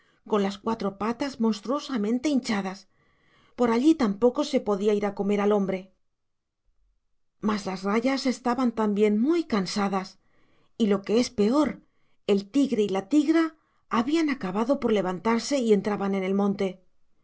con las cuatro patas monstruosamente hinchadas por allí tampoco sé podía ir a comer al hombre mas las rayas estaban también muy cansadas y lo que es peor el tigre y la tigra habían acabado por levantarse y entraban en el monte